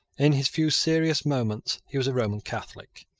in his few serious moments he was a roman catholic.